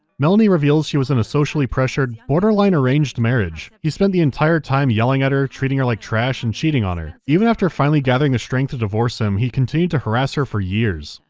melanie reveals she was in a socially pressured, borderline arranged marriage. he spent the entire time yelling at her, treating her like trash and cheating on her. even after finally gathering the strength to divorce him, he continued to harass her for years.